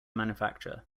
manufacture